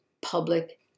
public